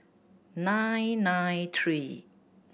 nine nine three